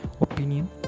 opinion